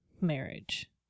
marriage